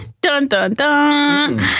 Dun-dun-dun